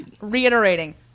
reiterating